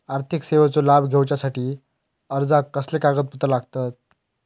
आर्थिक सेवेचो लाभ घेवच्यासाठी अर्जाक कसले कागदपत्र लागतत?